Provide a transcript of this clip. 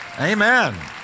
Amen